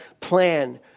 plan